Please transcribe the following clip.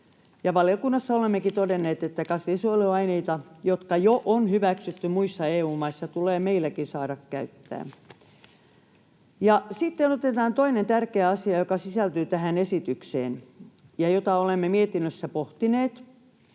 valiokunnassa olemmekin todenneet, että kasvinsuojeluaineita, jotka on jo hyväksytty muissa EU-maissa, tulee meilläkin saada käyttää. Ja sitten otetaan toinen tärkeä asia, joka sisältyy tähän esitykseen ja jota olemme mietinnössä pohtineet: